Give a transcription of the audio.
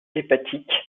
hépatique